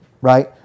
Right